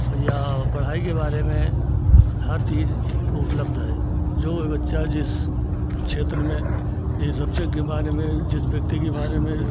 और या पढ़ाई के बारे में हर चीज़ उपलब्ध है जो भी बच्चा जिस जिस क्षेत्र में जिस सब्जेक्ट के बारे में जिस व्यक्ति के बारे में